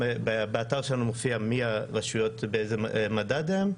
באתר שלנו מופיע מי הרשויות, באיזה מדד הן.